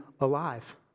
alive